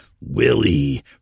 Willie